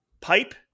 pipe